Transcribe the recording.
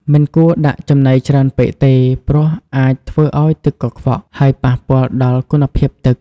មិនគួរដាក់ចំណីច្រើនពេកទេ ព្រោះអាចធ្វើឲ្យទឹកកខ្វក់ ហើយប៉ះពាល់ដល់គុណភាពទឹក។